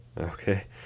Okay